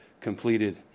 completed